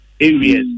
areas